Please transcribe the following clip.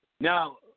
Now